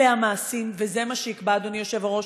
אלה המעשים וזה מה שיקבע, אדוני היושב-ראש.